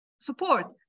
support